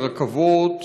ברכבות,